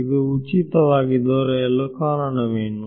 ಇದು ಉಚಿತವಾಗಿ ದೊರೆಯಲು ಕಾರಣವೇನು